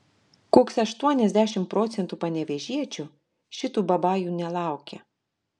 koks aštuoniasdešimt procentų panevėžiečių šitų babajų nelaukia